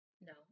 No